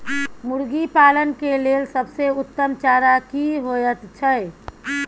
मुर्गी पालन के लेल सबसे उत्तम चारा की होयत छै?